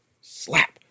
Slap